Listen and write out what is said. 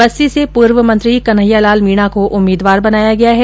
बस्सी से पूर्व मंत्री कन्हैया लाल मीणा को उम्मीदवार बनाया गया है